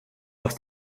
aus